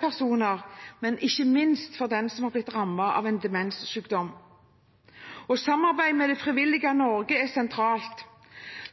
personer, men ikke minst for den som har blitt rammet av en demenssykdom. Samarbeidet med det frivillige Norge er sentralt,